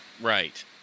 Right